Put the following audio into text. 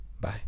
Bye